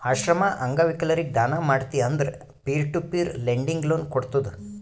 ಆಶ್ರಮ, ಅಂಗವಿಕಲರಿಗ ದಾನ ಮಾಡ್ತಿ ಅಂದುರ್ peer to peer lending loan ಕೋಡ್ತುದ್